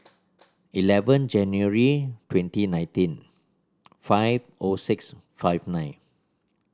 eleven January twenty nineteen five O six five nine